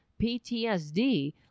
PTSD